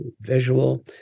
visual